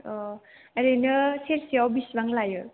ओरैनो सेरसेयाव बेसेबां लायो